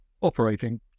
operating